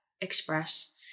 express